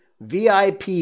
VIP